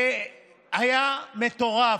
זה היה מטורף,